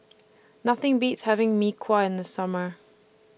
Nothing Beats having Mee Kuah in The Summer